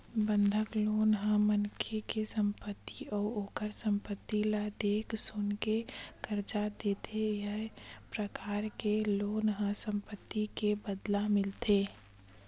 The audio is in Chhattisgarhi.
बंधक लोन ह मनखे के संपत्ति अउ ओखर संपत्ति ल देख सुनके करजा देथे ए परकार के लोन ह संपत्ति के बदला मिलथे